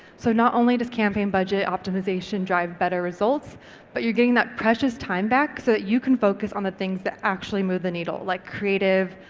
so not only does campaign budget optimisation drive better results but you're gaining that precious time back so that you can focus on the things that actually move the needle like creative,